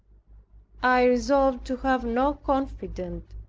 i resolved to have no confidant.